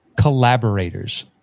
collaborators